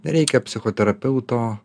reikia psichoterapeuto